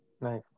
Nice